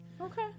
Okay